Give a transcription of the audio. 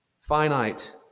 finite